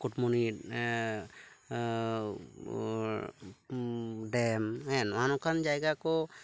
Mukutmoni dam ᱦᱮᱸ ᱱᱚᱜᱼᱚ ᱱᱚᱝᱠᱟᱱ ᱡᱟᱭᱜᱟ ᱠᱚ